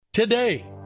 Today